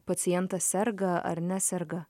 pacientas serga ar neserga